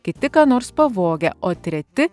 kiti ką nors pavogę o treti